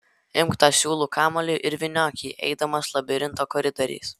imk tą siūlų kamuolį ir vyniok jį eidamas labirinto koridoriais